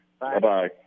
Bye-bye